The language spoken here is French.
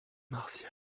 martial